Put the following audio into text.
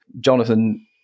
jonathan